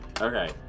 Okay